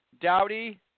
Dowdy